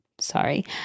sorry